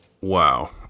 Wow